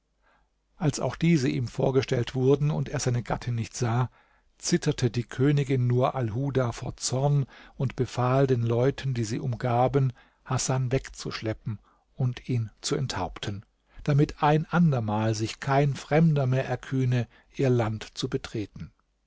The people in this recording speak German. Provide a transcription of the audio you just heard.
als auch diese ihm vorgestellt wurden und er seine gattin nicht sah zitterte die königin nur alhuda vor zorn und befahl den leuten die sie umgaben hasan wegzuschleppen und ihn zu enthaupten damit ein andermal sich kein fremder mehr erkühne ihr land zu betreten